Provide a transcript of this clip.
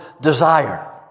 desire